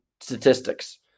statistics